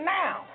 now